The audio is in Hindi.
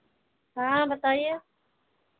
कहाँ बताइए